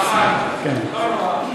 אחמד, לא נורא.